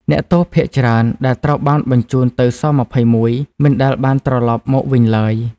អ្នកទោសភាគច្រើនដែលត្រូវបានបញ្ជូនទៅ ស-២១ មិនដែលបានត្រឡប់មកវិញឡើយ។